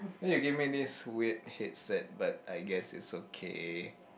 then they give me this weird headset but I guess it's okay